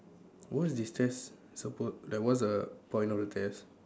what's this test suppo~ like what's the point of the test